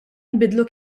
nbiddlu